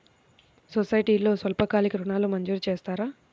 సొసైటీలో స్వల్పకాలిక ఋణాలు మంజూరు చేస్తారా?